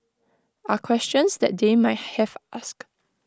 are questions that they might have asked